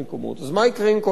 אז מה יקרה עם כל האחרים?